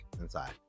inside